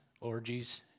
orgies